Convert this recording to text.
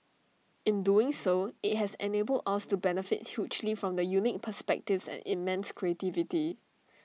in doing so IT has enabled us to benefit hugely from the unique perspectives and immense creativity